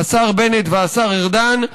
השר בנט והשר ארדן,